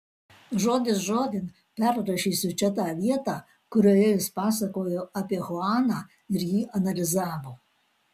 žodis žodin perrašysiu čia tą vietą kurioje jis pasakojo apie chuaną ir jį analizavo